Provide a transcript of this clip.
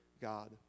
God